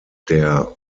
der